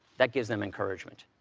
that gives them encouragement.